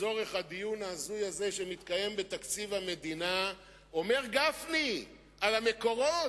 לצורך הדיון ההזוי הזה שמתקיים בתקציב המדינה אומר גפני שעל המקורות,